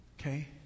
Okay